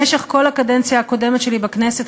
במשך כל הקדנציה הקודמת שלי בכנסת,